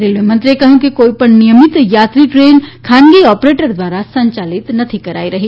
railway મંત્રીએ કહ્યું કે કોઈ પણ નિયમિત યાત્રી ટ્રેન ખાનગી ઓપરેટર દ્વારા સંયાલિત નથી કરાઈ રહી